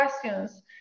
questions